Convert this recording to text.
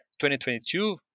2022